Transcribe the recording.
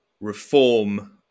reform